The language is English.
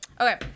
Okay